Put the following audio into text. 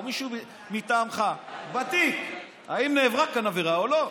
מישהו מטעמך: האם נעברה כאן עבירה או לא?